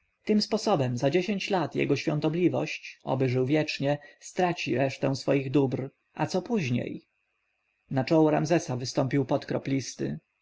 tym sposobem za dziesięć lat jego świątobliwość oby żył wiecznie straci resztę swoich dóbr a co później na czoło ramzesa wystąpił pot